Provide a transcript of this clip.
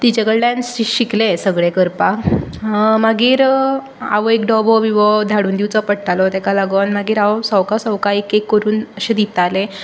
तिजे कडल्यान शिकलें हें सगळें करपाक मागीर आवय डबो बिबो धाडून दिवचो पडटालो तेका लागोन मागीर हांव सवका सवका एक एक करून अशें दितालें आनी